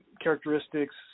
characteristics